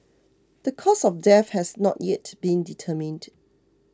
the cause of death has not yet been determined